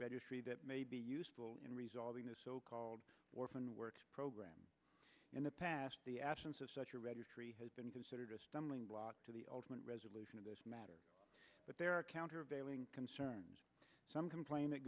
registry that may be useful in resolving the so called orphan works program in the past the absence of such a registry has been considered a stumbling block to the ultimate resolution of this matter but there are countervailing concerns some complain that